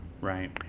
right